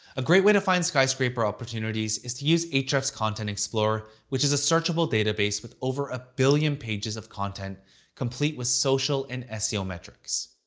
a great way to find skyscraper opportunities is to use ahrefs' content explorer, which is a searchable database with over a billion pages of content complete with social and seo metrics.